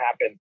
happen